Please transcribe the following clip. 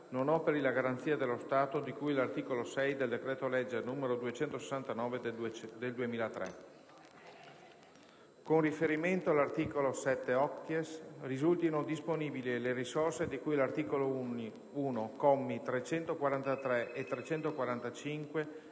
non operi la garanzia dello Stato di cui all'articolo 6 del decreto legge n. 269 del 2003; con riferimento all'articolo 7-*octies* risultino disponibili le risorse di cui all'articolo 1, commi 343 e 345,